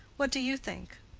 what do you think?